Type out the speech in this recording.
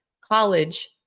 college